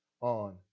on